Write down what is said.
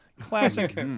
Classic